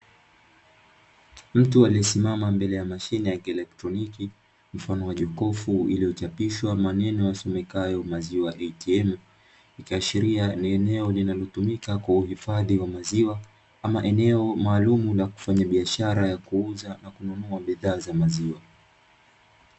Mtu aliyesimama mvele ya mashine ya kieletroniki mfano wa jokofu lililochapishwa maneno yasomekanayo maziwa ATM ikiashiria ni eneo linalotumika kuhifadhia maziwa au eneo maalumu la kuuza na kununua maziwa.